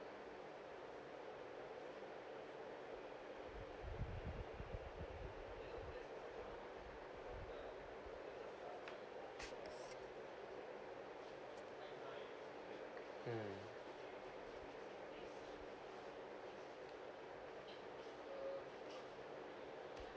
mm